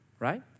right